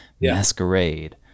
masquerade